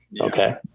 Okay